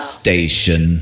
station